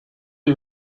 you